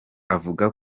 avuga